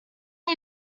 are